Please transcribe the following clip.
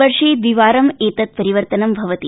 वर्षे द्विवारमेतत् परिवर्तनं भवति